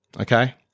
okay